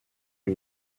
lui